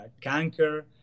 canker